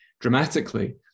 dramatically